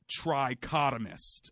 trichotomist